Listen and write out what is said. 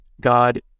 God